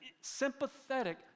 sympathetic